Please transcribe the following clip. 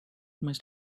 must